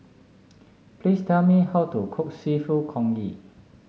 please tell me how to cook seafood Congee